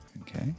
Okay